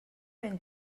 ben